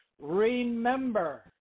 Remember